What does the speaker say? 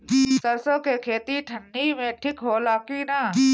सरसो के खेती ठंडी में ठिक होला कि ना?